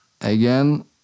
again